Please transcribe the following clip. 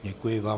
Děkuji vám.